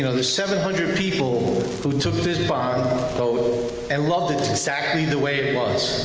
you know the seven hundred people who took this bond vote and loved it exactly the way it was,